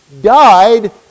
died